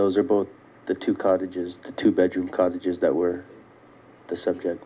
those are both the two cartridges the two bedroom cottage is that were the subject